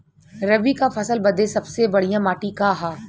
रबी क फसल बदे सबसे बढ़िया माटी का ह?